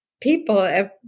people